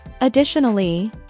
Additionally